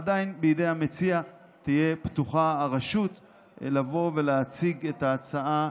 עדיין בידי המציע תהיה פתוחה הרשות לבוא ולהציג את ההצעה